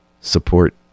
support